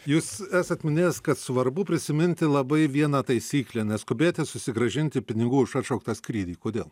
jūs esat minėjęs kad svarbu prisiminti labai vieną taisyklę neskubėti susigrąžinti pinigų už atšauktą skrydį kodėl